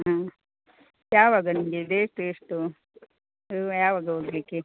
ಹ್ಞೂ ಯಾವಾಗ ನಿಮಗೆ ಡೇಟ್ ಎಷ್ಟು ಯಾವಾಗ ಹೋಗ್ಲಿಕ್ಕೆ